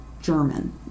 German